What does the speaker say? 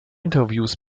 interviews